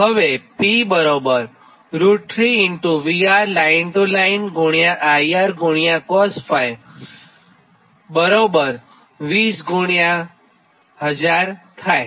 હવેP √3VRIRcos𝜑 201000 થાય